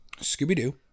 Scooby-Doo